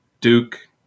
Duke